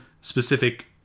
specific